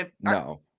No